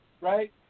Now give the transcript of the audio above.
Right